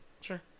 Sure